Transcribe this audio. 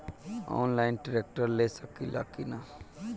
Online tractor ले सकीला कि न?